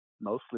mostly